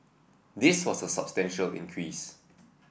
this was a substantial increase